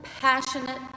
passionate